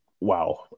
wow